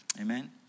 Amen